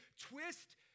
twist